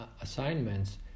assignments